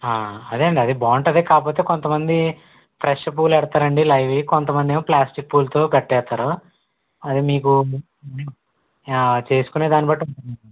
అదే అండి అది బాగుంటుంది కాకపోతే కొంతమంది ఫ్రెష్ పూలు పెడతారు అండి లైవ్వి కొంతమంది ఏమో ప్లాస్టిక్ పూలుతో కట్టేస్తారు అదే మీకు చేసుకునేదాన్ని బట్టి ఉం